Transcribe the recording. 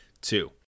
Two